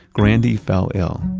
grandy fell ill,